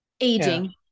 aging